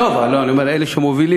טוב, אני אומר, אלה שמובילים.